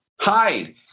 hide